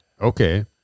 Okay